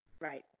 Right